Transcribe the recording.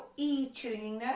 e tuning